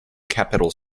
capital